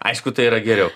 aišku tai yra geriau